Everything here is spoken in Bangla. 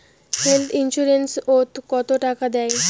হেল্থ ইন্সুরেন্স ওত কত টাকা দেয়?